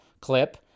clip